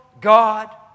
God